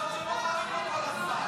מה לעשות שבוחרים בו כל הזמן.